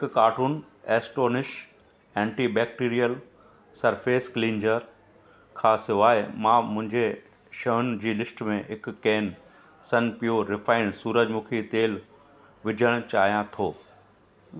हिकु कार्टुनु Astonish anti bacterial surface cleanser खां सिवाइ मां मुंहिंजे शयुनि जी लिस्ट में हिकु कैनु सन प्यूर रिफाइंड सूरजमुखी तेलु विझणु चाहियां थो